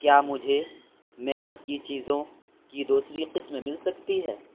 کیا مجھے makeup کی چیزوں کی دوسری قسم مل سکتی ہے